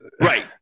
Right